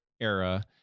era